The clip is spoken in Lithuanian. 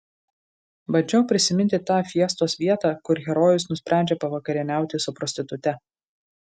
bandžiau prisiminti tą fiestos vietą kur herojus nusprendžia pavakarieniauti su prostitute